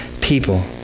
people